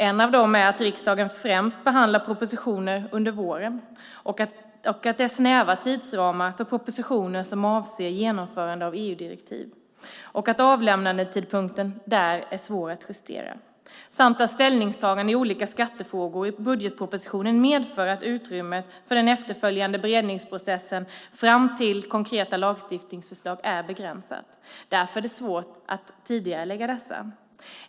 En av dem är att riksdagen främst behandlar propositioner under våren, att det är snäva tidsramar för propositioner som avser genomförande av EU-direktiv och att avlämnandetidpunkten är svår att justera samt att ställningstaganden i olika skattefrågor i budgetpropositionen medför att utrymmet för den efterföljande beredningsprocessen fram till konkreta lagstiftningsförslag är begränsat. Därför är det svårt att tidigarelägga dessa.